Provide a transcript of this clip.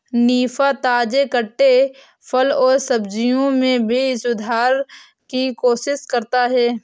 निफा, ताजे कटे फल और सब्जियों में भी सुधार की कोशिश करता है